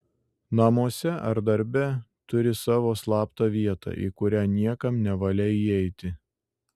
namuose ar darbe turi savo slaptą vietą į kurią niekam nevalia įeiti